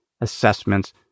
assessments